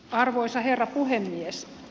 arvoisa herra puhemies